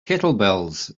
kettlebells